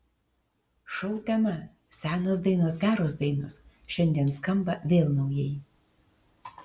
šou tema senos dainos geros dainos šiandien skamba vėl naujai